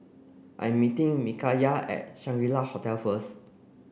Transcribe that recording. I am meeting Mikala at Shangri La Hotel first